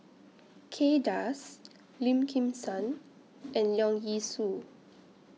Kay Das Lim Kim San and Leong Yee Soo